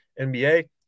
NBA